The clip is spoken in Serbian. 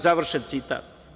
Završen citat.